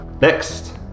Next